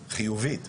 חיובית.